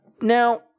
Now